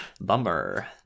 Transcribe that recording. Bummer